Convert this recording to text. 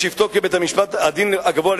בשבתו כבית-הדין הגבוה לצדק,